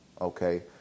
Okay